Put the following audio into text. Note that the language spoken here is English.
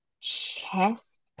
chest